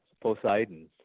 Poseidon